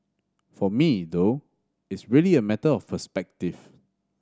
for me though it's really a matter of perspective